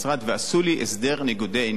ועשו לי הסדר ניגודי עניינים,